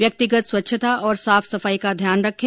व्यक्तिगत स्वच्छता और साफ सफाई का ध्यान रखें